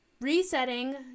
resetting